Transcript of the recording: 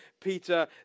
Peter